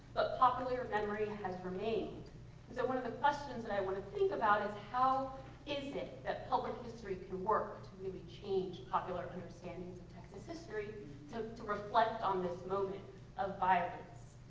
popular memory has remained. and so one of the questions that i wanted to think about is how is it that public history can work to really change popular understandings of texas history to to reflect on this moment of violence.